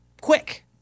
Quick